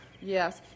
Yes